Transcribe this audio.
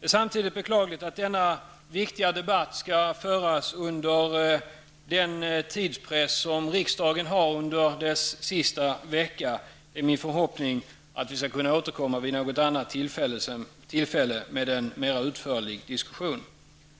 Det är samtidigt beklagligt att denna viktiga debatt skall föras under den tidspress som riksdagen har denna sista vecka. Det är min förhoppning att vi skall kunna återkomma vid något senare tillfälle med en mer utförlig diskussion.